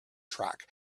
track